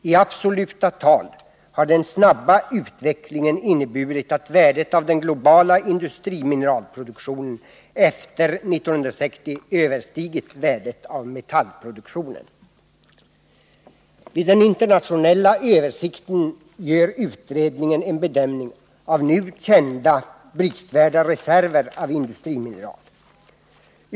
I absoluta tal har den snabba utvecklingen inneburit att värdet av den globala industrimineralproduktionen efter 1960 överstigit värdet av metallproduktionen. I den internationella översikten gör utredningen en bedömning av nu kända brytvärda reserver av industrimineral.